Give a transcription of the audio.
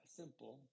simple